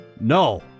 No